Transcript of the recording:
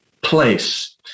place